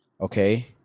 okay